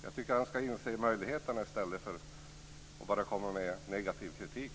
Jag tycker att han ska inse möjligheterna i stället för att bara komma med negativ kritik.